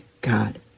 God